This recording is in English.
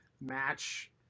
match